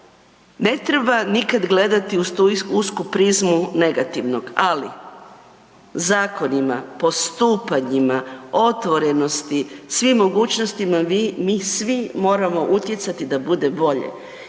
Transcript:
ne treba nikada gledati uz tu usku prizmu negativnog, ali zakonima, postupanjima, otvorenosti, svim mogućnostima vi, mi svi moramo utjecati da bude bolje.